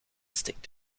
steekt